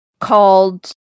called